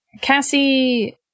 Cassie